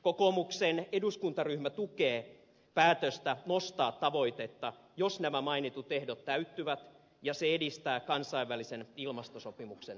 kokoomuksen eduskuntaryhmä tukee päästöstä nostaa tavoitetta jos nämä mainitut ehdot täyttyvät ja se edistää kansainvälisen ilmastosopimuksen syntymistä